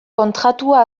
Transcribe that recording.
kontratua